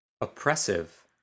Oppressive